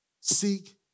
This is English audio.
Seek